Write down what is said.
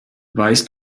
weißt